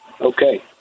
Okay